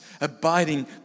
abiding